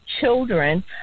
children